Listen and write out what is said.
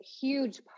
huge